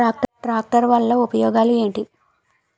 Tractor వల్ల ఉపయోగాలు ఏంటీ?